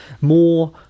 more